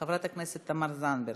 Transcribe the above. חברת הכנסת תמר זנדברג,